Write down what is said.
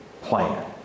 plan